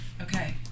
okay